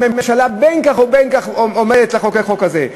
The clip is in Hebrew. שהממשלה בין כך ובין כך עומדת לחוקק חוק כזה.